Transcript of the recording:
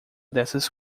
dessas